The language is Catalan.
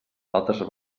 altres